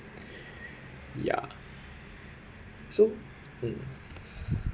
ya so mm